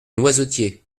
noisetiers